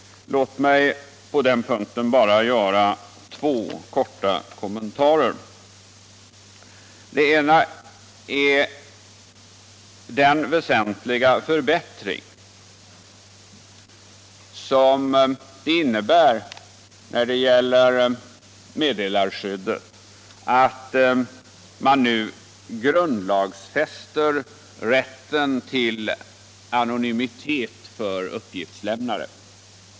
Låt mig här bara göra två korta kommentarer. Den ena punkten gäller den väsentliga förbättring i fråga om meddelarskyddet som följer av att man nu grundlagsfäster rätten till anonymitet för uppgiftslämnare.